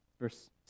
verse